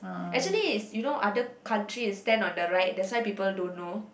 actually is you know other country is stand on the right that's why people don't know